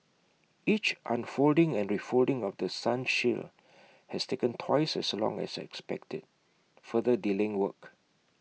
each unfolding and refolding of The Sun shield has taken twice as long as expected further delaying work